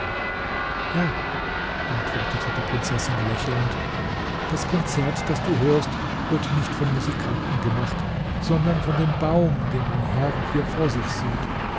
herr antwortete die prinzessin lächelnd das konzert das du hörst wird nicht von musikanten gemacht sondern von dem baum den mein herr hier vor sich sieht